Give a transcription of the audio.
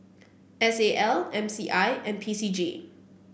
S A L M C I and P C G